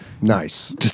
Nice